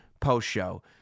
post-show